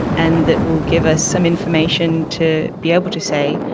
and that will give us some information to be able to say,